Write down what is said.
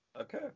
Okay